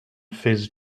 fizz